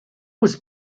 was